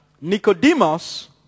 Nicodemus